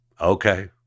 okay